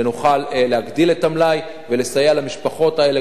שנוכל להגדיל את המלאי ולסייע למשפחות האלה,